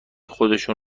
خودشون